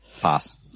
Pass